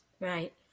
Right